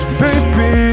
baby